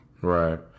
Right